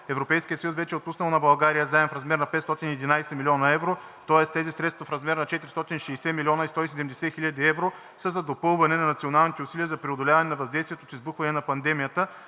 Европейският съюз вече е отпуснал на България заем в размер на 511 млн. евро. Тоест тези средства в размер на 460 милиона и 170 хиляди евро са за допълване на националните усилия за преодоляване въздействието от избухването на пандемията.